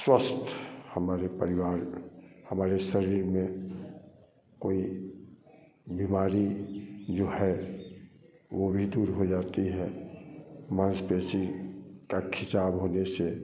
स्वस्थ हमारे परिवार हमारे शरीर में कोई बीमारी जो है वो भी दूर हो जाती है मांसपेशी का खींचाव होने से